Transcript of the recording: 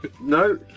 no